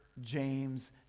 James